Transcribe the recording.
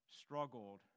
Struggled